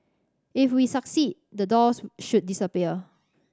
if we succeed the doors should disappear